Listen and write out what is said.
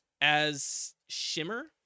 As-shimmer